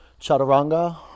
Chaturanga